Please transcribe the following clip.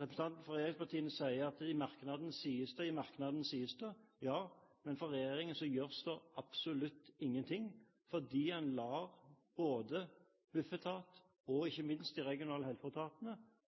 for regjeringspartiene sier at i merknaden sies det – i merknaden sies det. Ja, men fra regjeringens side gjøres det absolutt ingenting, fordi en lar både Bufetat og ikke minst de